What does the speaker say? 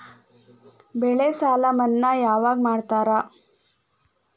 ಬೆಳೆ ಸಾಲ ಮನ್ನಾ ಯಾವಾಗ್ ಮಾಡ್ತಾರಾ?